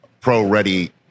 pro-ready